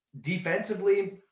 Defensively